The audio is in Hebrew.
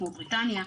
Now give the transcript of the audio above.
כמו בריטניה,